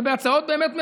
ובהצעות באמת מבזות.